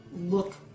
look